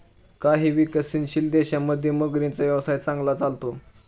काही विकसनशील देशांमध्ये मगरींचा व्यवसाय चांगला चालतो